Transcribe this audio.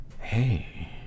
Hey